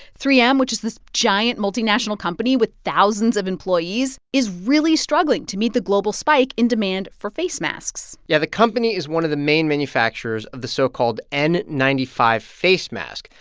three m, which is this giant, multinational company with thousands of employees, is really struggling to meet the global spike in demand for face masks yeah. the company is one of the main manufacturers of the so-called n nine five face mask.